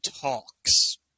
talks